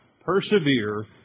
persevere